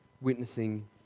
witnessing